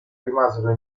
rimasero